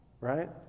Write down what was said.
right